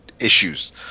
issues